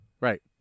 Right